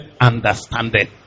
understanding